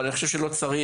אבל אני חושב שלא צריך,